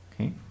Okay